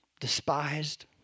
despised